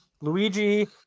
Luigi